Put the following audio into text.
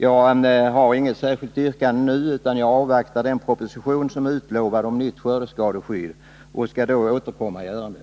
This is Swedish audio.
Jag har inget särskilt yrkande nu, utan jag avvaktar den proposition om ett.nytt skördeskadeskydd som är utlovad. Jag återkommer då i ärendet.